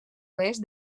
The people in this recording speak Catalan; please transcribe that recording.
oest